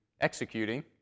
executing